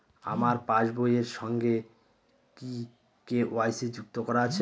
আমার পাসবই এর সঙ্গে কি কে.ওয়াই.সি যুক্ত করা আছে?